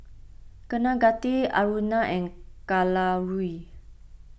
Kaneganti Aruna and Kalluri